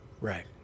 Right